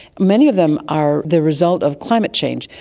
many of them are the result of climate change.